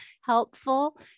helpful